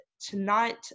tonight